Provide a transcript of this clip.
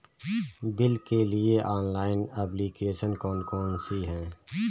Bill के लिए online application कौन कौन सी हैं?